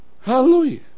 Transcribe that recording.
Hallelujah